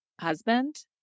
husband